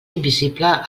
invisible